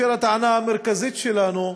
היא